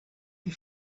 the